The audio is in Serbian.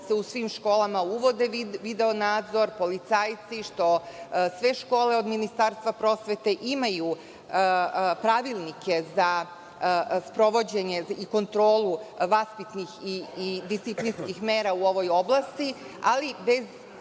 u svim školama uvodi video nadzor, policajci, što sve škole od Ministarstva prosvete imaju pravilnike za sprovođenje i kontrolu vaspitnih i disciplinskih mera u ovoj oblasti, ali bez